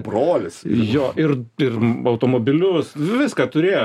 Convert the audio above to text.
brolis jo ir ir automobilius viską turėjo